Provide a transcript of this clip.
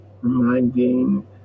reminding